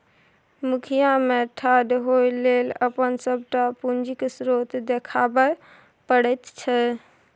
मुखिया मे ठाढ़ होए लेल अपन सभटा पूंजीक स्रोत देखाबै पड़ैत छै